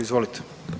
Izvolite.